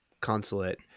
consulate